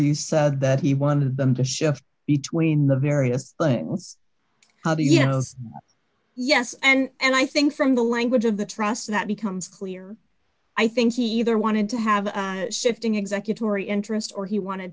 he said that he wanted them to shift between the various things how do you know yes and i think from the language of the trust that becomes clear i think he either wanted to have a shifting executive or a interest or he wanted